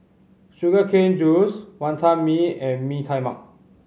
sugar cane juice Wantan Mee and Mee Tai Mak